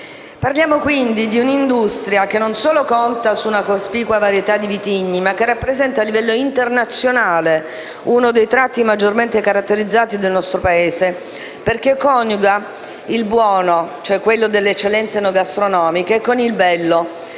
Parliamo di un'industria che non solo conta su una cospicua varietà di vitigni, ma che rappresenta - a livello internazionale - uno dei tratti maggiormente caratterizzanti del nostro Paese, perché coniuga il buono (quello delle eccellenze enogastronomiche) con il bello